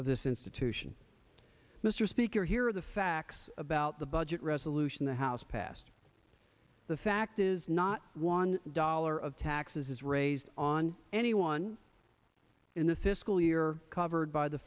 of this institution mr speaker here are the facts about the budget resolution the house passed the fact is not one dollar of taxes raised on anyone in the fiscal year covered by the